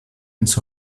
ins